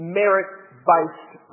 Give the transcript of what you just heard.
merit-based